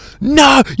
no